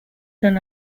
than